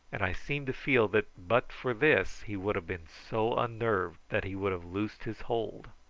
and i seemed to feel that but for this he would have been so unnerved that he would have loosed his hold.